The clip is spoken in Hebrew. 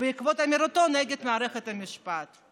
בעקבות אמירתו נגד מערכת המשפט.